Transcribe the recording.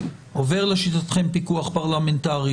עובר לשיטתכם פיקוח פרלמנטרי,